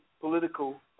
political